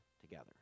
together